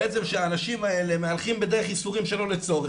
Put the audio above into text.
בעצם שאנשים האלה מהלכים בדרך ייסורים שלא לצורך,